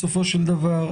בסופו של דבר,